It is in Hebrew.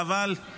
חבל שזה לא אומץ.